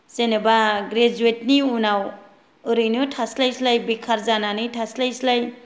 जेनबा ग्रेजुवेटनि उनाव ओरैनो थास्लाय स्लाय बेखार जानानै थास्लायस्लाय